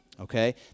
Okay